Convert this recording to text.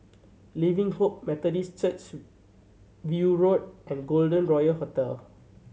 Living Hope Methodist Church View Road and Golden Royal Hotel